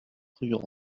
rue